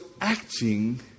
acting